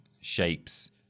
shapes